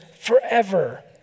forever